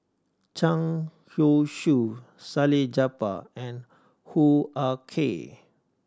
Zhang Youshuo Salleh Japar and Hoo Ah Kay